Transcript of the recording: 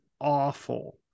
awful